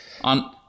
on